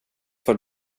vart